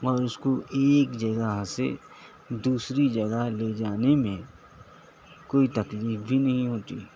اور اُس کو ایک جگہ سے دوسری جگہ لے جانے میں کوئی تکلیف بھی نہیں ہوتی